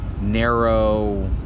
narrow